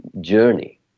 journey